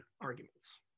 arguments